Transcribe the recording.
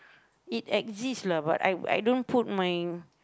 it exists lah but I I don't put my